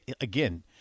Again